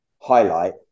highlight